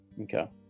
okay